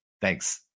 Thanks